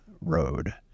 road—